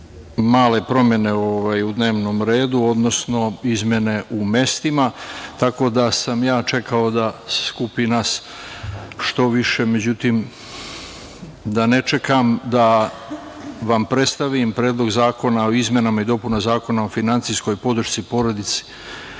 male promene u dnevnom redu, odnosno izmene u mestima, tako da sam ja čekao da se skupi nas što više.Međutim, da ne čekam da vam predstavim Predlog zakona o izmenama i dopunama Zakona o finansijskoj podršci porodici